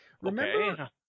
Remember